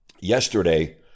yesterday